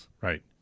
Right